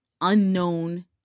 unknown